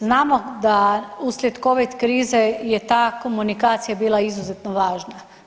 Znamo da uslijed covid krize je ta komunikacija bila izuzetno važna.